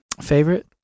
favorite